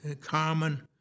Carmen